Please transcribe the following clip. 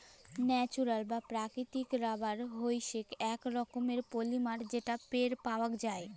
natural বা প্রাকৃতিক rubber হইসেক এক রকমের পলিমার যেটা পেড় পাওয়াক যায়